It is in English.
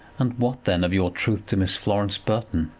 and, what, then, of your truth to miss florence burton?